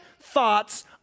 thoughts